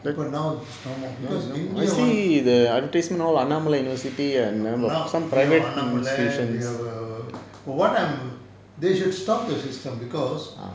but now it's no more because india wants now annamalai we have err what I'm they should stop the system because